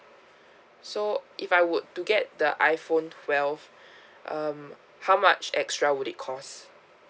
so if I would to get the iphone twelve um how much extra would it cost